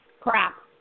crap